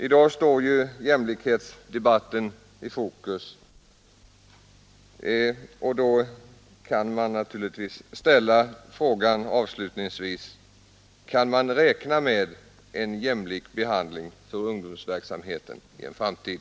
I dag står ju jämlikhetsdebatten i fokus, och då kan man naturligtvis avslutningsvis ställa frågan: Kan man räkna med en jämlik behandling för ungdomsverksamheten i en framtid?